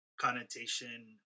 connotation